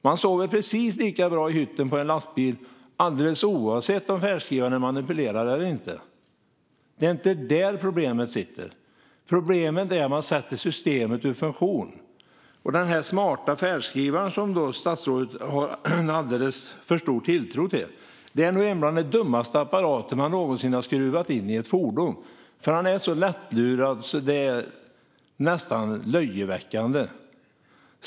Man sover precis lika bra i hytten på en lastbil alldeles oavsett om färdskrivaren är manipulerad eller inte. Det är inte där problemet ligger. Problemet är att man sätter systemet ur funktion. Den smarta färdskrivare som statsrådet har alldeles för stor tilltro till är nog en av de dummaste apparater som någonsin har skruvats in i ett fordon. Den är så lättlurad att det nästan är löjeväckande.